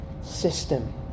system